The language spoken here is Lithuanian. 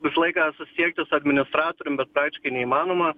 visą laiką susisiekti su administratorium bet praktiškai neįmanoma